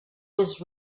was